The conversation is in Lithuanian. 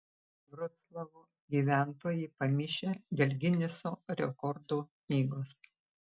vroclavo gyventojai pamišę dėl gineso rekordų knygos